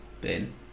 Ben